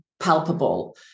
palpable